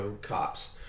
cops